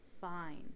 fine